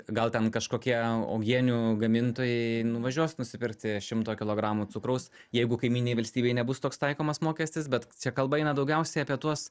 gal ten kažkokie uogienių gamintojai nuvažiuos nusipirkti šimto kilogramų cukraus jeigu kaimyninėj valstybėj nebus toks taikomas mokestis bet čia kalba eina daugiausiai apie tuos